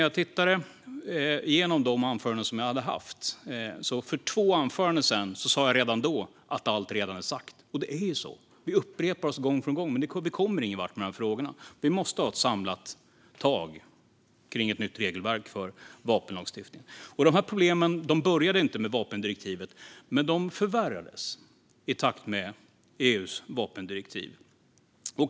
Jag tittade igenom mina tidigare anföranden, och jag sa redan två debatter bakåt i tiden att allt redan är sagt. Så är det. Vi upprepar oss och kommer ingen vart. Därför måste vi ta ett samlat tag om ett nytt regelverk för vapenlagstiftning. Problemen började inte med EU:s vapendirektiv, men de förvärrades i och med det.